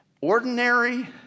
ordinary